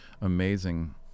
amazing